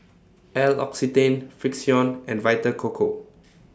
L'Occitane Frixion and Vita Coco